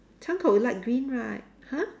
窗口 light green right !huh!